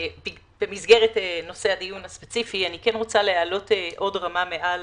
במסגרת נושא הדיון הספציפי אני רוצה לעלות עוד רמה מעל